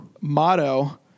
motto